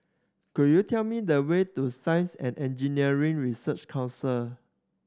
could you tell me the way to Science and Engineering Research Council